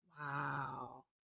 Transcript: Wow